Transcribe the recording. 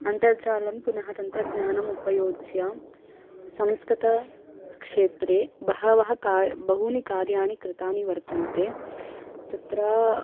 अन्तर्जालं पुनः तन्त्रज्ञानम् उपयुज्य संस्कृतक्षेत्रे बहवः का बहूनि कार्याणि कृतानि वर्तन्ते तत्र